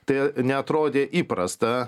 tai neatrodė įprasta